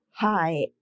Hi